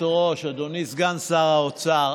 מהו תקציב, אדוני סגן שר האוצר?